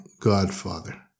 godfather